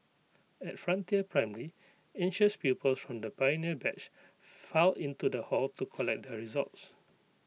at frontier primary anxious pupils from the pioneer batch filed into the hall to collect their results